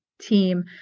team